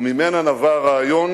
וממנה נבע הרעיון